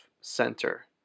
center